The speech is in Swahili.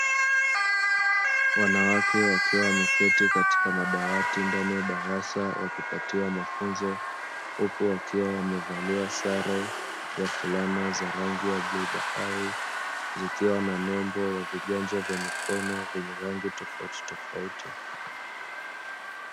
Wanawake wakiwa wameketi katika madawati ndani ya darasa, wakipatiwa mafunzo, huku wakiwa wamevalia sare ya fulana za rangi ya bluu bahari, zikiwa na nembo ya viganja vya mikono vyenye rangi tofautitofauti.